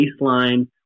baseline